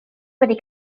wedi